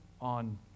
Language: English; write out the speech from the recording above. on